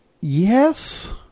Yes